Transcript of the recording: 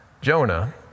Jonah